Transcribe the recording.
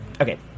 Okay